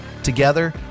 together